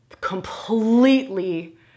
completely